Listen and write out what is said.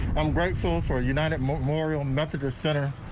i'm grateful for united memorial methodist center.